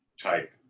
type